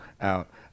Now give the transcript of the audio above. out